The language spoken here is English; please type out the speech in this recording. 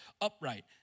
upright